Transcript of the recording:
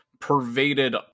pervaded